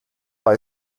bei